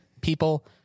People